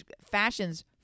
fashions